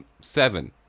seven